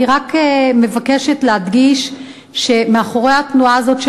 אני רק מבקשת להדגיש שמאחורי התנועה הזאת,